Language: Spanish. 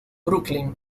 brooklyn